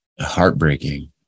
heartbreaking